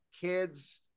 kids